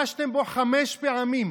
חבר הכנסת קרעי,